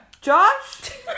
Josh